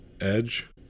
edge